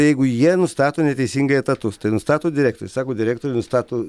jeigu jie nustato neteisingai etatus tai nustato direktorius sako direktorė nustato